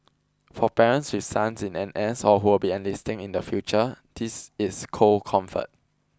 for parents with sons in N S or who will be enlisting in the future this is cold comfort